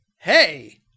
Hey